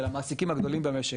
של המעסיקים הגדולים בעסק,